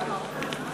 ציבוריים